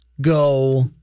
go